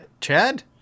Chad